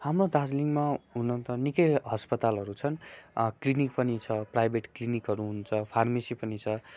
हाम्रो दार्जिलिङमा हुन त निक्कै अस्पतालहरू छन् क्लिनिक पनि छ प्राइभेट क्लिनिकहरू हुन्छ फार्मेसी पनि छ